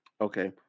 Okay